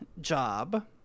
job